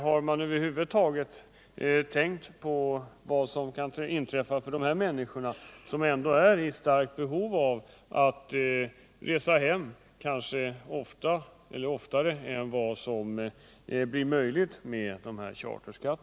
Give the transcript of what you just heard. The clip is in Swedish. Har man över huvud taget tänkt på vad beskattningen innebär för de här människorna, som ändå har ett stort behov av att resa hem oftare än vad som skulle bli möjligt med en charterskatt?